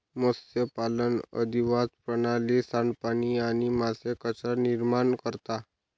मत्स्यपालन अधिवास प्रणाली, सांडपाणी आणि मासे कचरा निर्माण करता